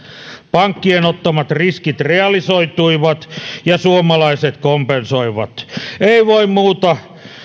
pankkien ottamat riskit realisoituivat ja suomalaiset kompensoivat ei voi muuta